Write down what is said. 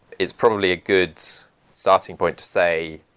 it's probably a good starting point to say,